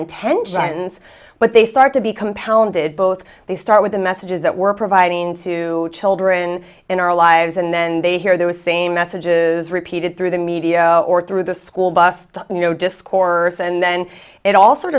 intentions but they start to be compounded both they start with the messages that we're providing to children in our lives and then they hear those same messages repeated through the media or through the school bus you know discourse and then it all sort